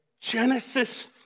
Genesis